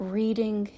reading